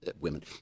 women